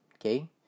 okay